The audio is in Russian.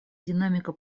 динамика